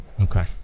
Okay